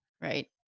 right